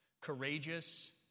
courageous